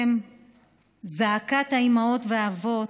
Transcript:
זעקת האימהות והאבות,